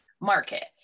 market